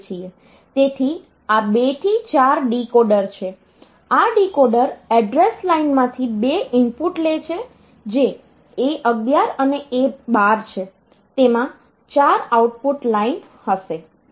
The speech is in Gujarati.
તેથી આ 2 થી 4 ડીકોડર છે આ ડીકોડર એડ્રેસ લાઇનમાંથી બે ઇનપુટ લે છે જે A11 અને A12 છે તેમાં 4 આઉટપુટ લાઇન હશે